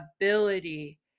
ability